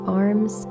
arms